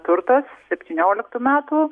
turtas septynioliktų metų